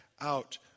out